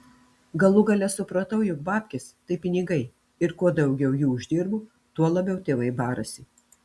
galų gale supratau jog babkės tai pinigai ir kuo daugiau jų uždirbu tuo labiau tėvai barasi